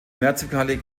mehrzweckhalle